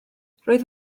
roedd